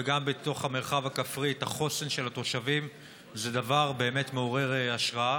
וגם בתוך המרחב הכפרי את החוסן של התושבים זה דבר באמת מעורר השראה.